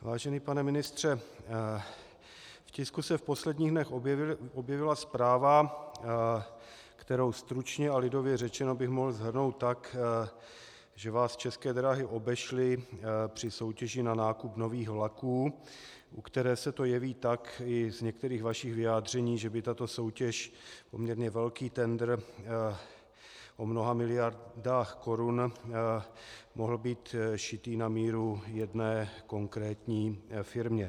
Vážený pane ministře, v tisku se v posledních dnech objevila zpráva, kterou bych stručně a lidově řečeno mohl shrnout tak, že vás České dráhy obešly při soutěži na nákup nových vlaků, u které se to jeví tak i z některých vašich vyjádření, že by tato soutěž, poměrně velký tendr o mnoha miliardách korun mohl být šitý na míru jedné konkrétní firmě.